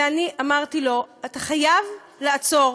ואני אמרתי לו: אתה חייב לעצור